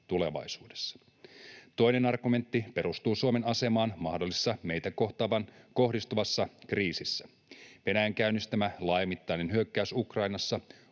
tulevaisuudessa. Toinen argumentti perustuu Suomen asemaan mahdollisessa meihin kohdistuvassa kriisissä. Venäjän käynnistämä laajamittainen hyökkäys Ukrainassa